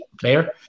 player